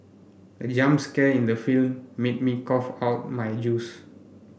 the jump scare in the film made me cough out my juice